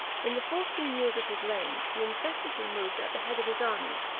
in the fourteen years of his reign, he incessantly moved at the head of his armies,